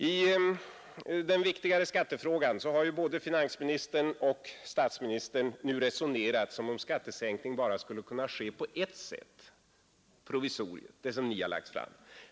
I den viktigare skattefrågan har både finansministern och statsministern nu resonerat som om skattesänkning bara skulle kunna ske på ett sätt, enligt det provisorium som ni föreslagit.